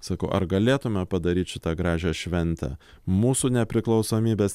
sakau ar galėtume padaryt šitą gražią šventę mūsų nepriklausomybės